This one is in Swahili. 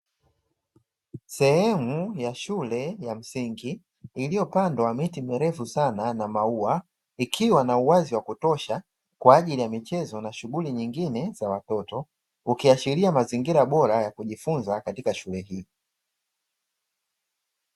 Sehemu ya shule ya msingi iliyopandwa miti mirefu sana na maua, ikiwa na uwazi wa kutosha kwa ajili ya michezo na shughuli nyingine za watoto, ukiashiria mazingira bora ya kujifunza katika shule hii.